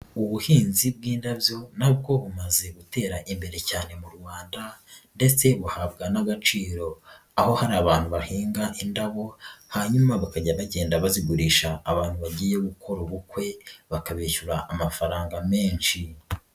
Ubuhinzi bw'indabyo na bwo bumaze gutera imbere cyane mu Rwanda ndetse buhabwa n'agaciro, aho hari abantu bahinga indabo hanyuma bakajya bagenda bazigurisha abantu bagiye gukora ubukwe bakabishyura amafaranga menshi.